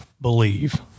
believe